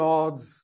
God's